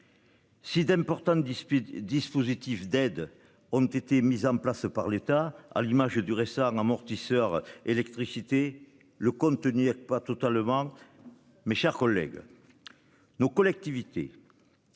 Si d'importantes dispute dispositifs d'aide ont été mises en place par l'État, à l'image du récent amortisseur électricité le contenir pas totalement. Mes chers collègues. Nos collectivités.